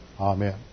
Amen